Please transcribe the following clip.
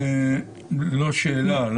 לא שאלה.